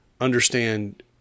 understand